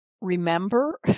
remember